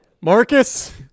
Marcus